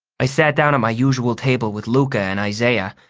i sat down at my usual table with luca and isaiah.